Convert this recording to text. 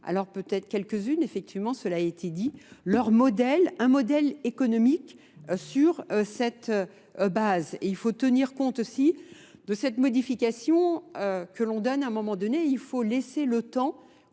alors peut-être quelques-unes effectivement cela a été dit, leur modèle, un modèle économique sur cette base. Il faut tenir compte aussi de cette modification que l'on donne à un moment donné, il faut laisser le temps